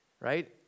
right